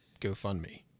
GoFundMe